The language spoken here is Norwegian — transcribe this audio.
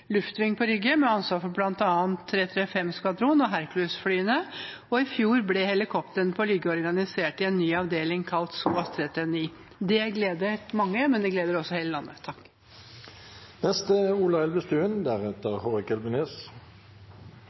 Luftving på Rygge, med ansvar for bl.a. 335 skvadron og Hercules-flyene. Og i fjor ble helikoptrene på Rygge organisert i en ny avdeling kalt SOAS 339. Det gleder mange, men det gleder også hele landet.